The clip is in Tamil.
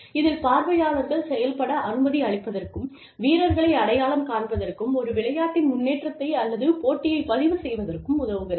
இதில் பார்வையாளர்கள் செயல்பட அனுமதி அளிப்பதற்கும் வீரர்களை அடையாளம் காண்பதற்கும் ஒரு விளையாட்டின் முன்னேற்றத்தை அல்லது போட்டியைப் பதிவு செய்வதற்கும் உதவுகிறது